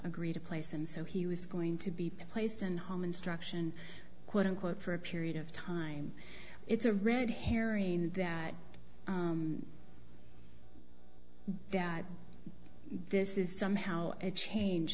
agree to place and so he was going to be placed in home instruction quote unquote for a period of time it's a red herring that this is somehow a change